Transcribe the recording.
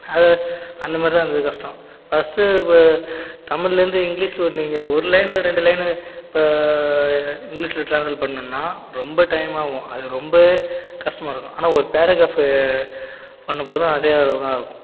அந்தமாதிரி தான் இருந்தது கஷ்டம் ஃபஸ்ட்டு இப்போ தமிழ்லேருந்து இங்கிலீஷில் நீங்கள் ஒரு லைன் ரெண்டு லைனு இப்போ இங்கிலீஷில் ட்ரான்ஸ்லேட் பண்ணணுன்னா ரொம்ப டைம் ஆகும் அது ரொம்பவே கஷ்டமாக இருக்கும் ஆனால் ஒரு பேரக்ராஃப்பு பண்ணும் போதும் அதே அளவு தான் இருக்கும்